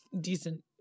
decent